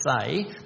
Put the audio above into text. say